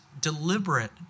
deliberate